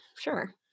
Sure